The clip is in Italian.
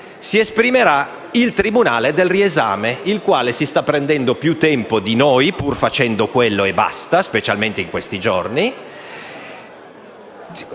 si esprimerà il tribunale per il riesame, il quale si sta prendendo più tempo di noi, pur facendo quello e basta, specialmente in questi giorni.